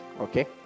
Okay